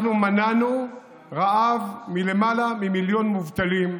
אנחנו מנענו רעב מלמעלה ממיליון מובטלים.